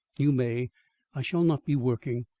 you may i shall not be working.